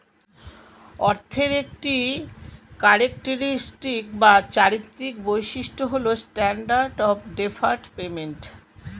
অর্থের একটি ক্যারেক্টারিস্টিক বা চারিত্রিক বৈশিষ্ট্য হল স্ট্যান্ডার্ড অফ ডেফার্ড পেমেন্ট